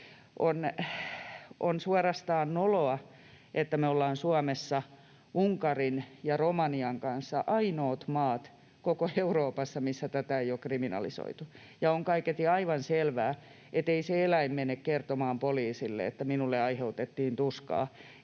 On suorastaan noloa, että me ollaan Suomessa Unkarin ja Romanian kanssa ainoat maat koko Euroopassa, missä tätä ei ole kriminalisoitu. Ja on kaiketi aivan selvää, ettei se eläin mene kertomaan poliisille, että minulle aiheutettiin tuskaa